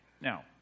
Now